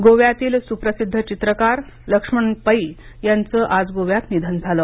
निधन गोव्यातील सुप्रसिद्ध चित्रकार लक्ष्मण पै यांचं आज गोव्यात निधन झालं